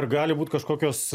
ar gali būti kažkokios